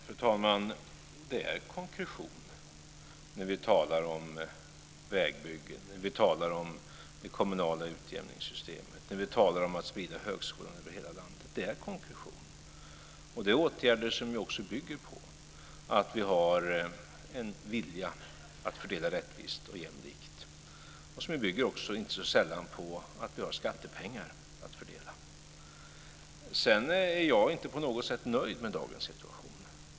Fru talman! Det är konkretion när vi talar om vägbyggen, det kommunala utjämningssystemet och att sprida högskolor över hela landet. Det är åtgärder som också bygger på att vi har en vilja att fördela rättvist och jämlikt. Det bygger också inte så sällan på att vi har skattepengar att fördela. Jag är inte på något sätt nöjd med dagens situation.